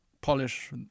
polish